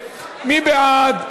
מי בעד?